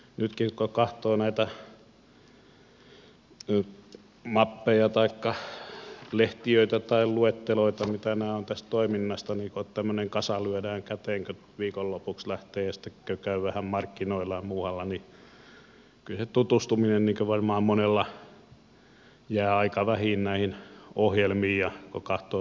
nytkin kun katsoo näitä mappeja taikka lehtiöitä tai luetteloita tästä toiminnasta niin kun tämmöinen kasa lyödään käteen kun viikonlopuksi lähtee ja sitten kun käy vähän markkinoilla ja muualla niin kyllä se tutustuminen näihin ohjelmiin varmaan monella jää aika vähiin kun katsoo tätä salin miehitystä